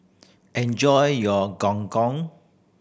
enjoy your Gong Gong